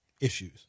Issues